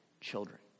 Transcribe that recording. children